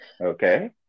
Okay